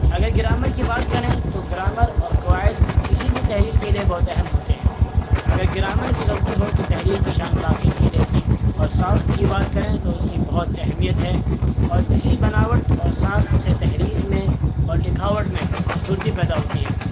اگر گرامر کی بات کریں تو گرامر اور قوائد کسی بھی تحریر کے لیے بہت اہم ہوتے ہیں اگر گرامر کی غلطی ہو تو تحریر کی شان باقی نہیں رہتی اور ساخت کی بات کریں تو اس کی بہت اہمیت ہے اور اسی بناوٹ اور ساخت سے تحریر میں اور لکھاوٹ میں خوبصورتی پیدا ہوتی ہے